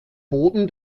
boden